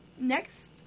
next